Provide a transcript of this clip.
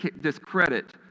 discredit